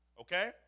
Okay